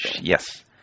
Yes